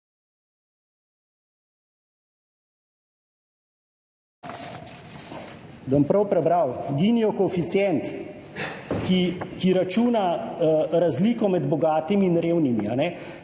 bom prav prebral, Ginijev koeficient, ki računa razliko med bogatimi in revnimi.